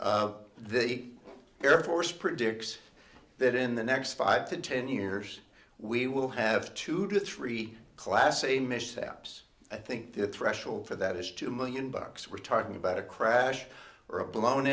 the air force predicts that in the next five to ten years we will have to do three class amish taps i think the threshold for that is two million bucks we're talking about a crash or a blown